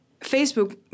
Facebook